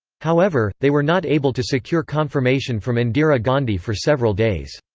however, they were not able to secure confirmation from indira gandhi for several days.